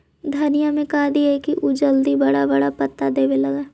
धनिया में का दियै कि उ जल्दी बड़ा बड़ा पता देवे लगै?